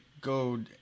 go